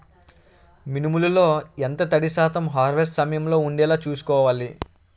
మినుములు లో ఎంత తడి శాతం హార్వెస్ట్ సమయంలో వుండేలా చుస్కోవాలి?